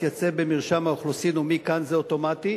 להתייצב במרשם האוכלוסין ומכאן זה אוטומטי?